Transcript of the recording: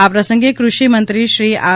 આ પ્રસંગે કૃષિ મંત્રીશ્રી આર